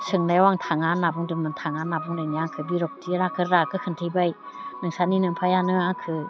सोंनायाव आं थाङा होनना बुंदोमोन थाङा होनना बुंनायनि आंखौ बिरक्ति रागो रागो खिन्थिबाय नोंसानि नोम्फायानो आंखौ